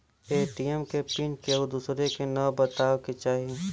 ATM के PIN केहू दुसरे के न बताए के चाही